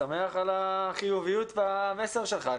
אני שמח על החיוביות במסר שלך.